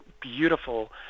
beautiful